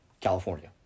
California